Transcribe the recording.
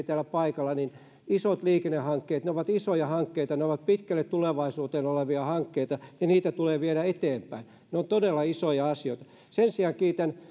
täällä paikalla niin totean että isot liikennehankkeet ovat isoja hankkeita ne ovat pitkälle tulevaisuuteen olevia hankkeita ja niitä tulee viedä eteenpäin ne ovat todella isoja asioita sen sijaan kiitän